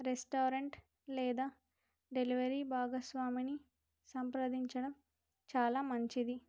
restaurant లేదా delivery భాగస్వామిని సంప్రదించడం చాలా మంచిది